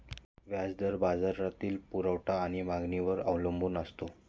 व्याज दर बाजारातील पुरवठा आणि मागणीवर अवलंबून असतो